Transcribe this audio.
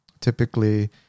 typically